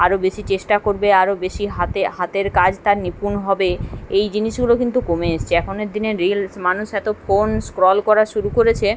আরও বেশি চেষ্টা করবে আরও বেশি হাতে হাতের কাজ তার নিপুণ হবে এই জিনিসগুলো কিন্তু কমে এসেছে এখনের দিনে রিলস মানুষ এত ফোন স্ক্রল করা শুরু করেছে